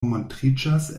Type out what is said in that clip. montriĝas